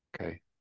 Okay